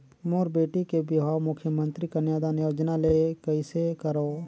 मोर बेटी के बिहाव मुख्यमंतरी कन्यादान योजना ले कइसे करव?